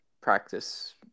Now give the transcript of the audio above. practice